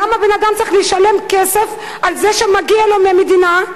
למה בן-אדם צריך לשלם כסף על מה שמגיע לו מהמדינה,